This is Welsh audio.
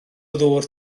ddŵr